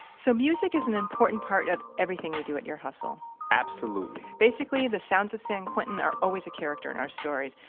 so music is an important part of everything we do at ear hustle absolutely basically, the sounds of san quentin are always a character in our stories,